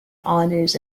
honours